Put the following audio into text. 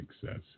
success